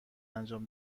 انجام